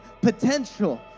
potential